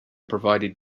provided